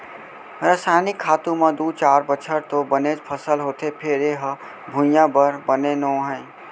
रसइनिक खातू म दू चार बछर तो बनेच फसल होथे फेर ए ह भुइयाँ बर बने नो हय